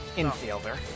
infielder